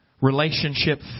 Relationship